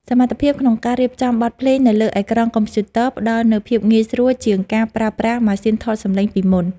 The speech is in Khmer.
សមត្ថភាពក្នុងការរៀបចំបទភ្លេងនៅលើអេក្រង់កុំព្យូទ័រផ្ដល់នូវភាពងាយស្រួលជាងការប្រើប្រាស់ម៉ាស៊ីនថតសំឡេងពីមុន។